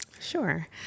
Sure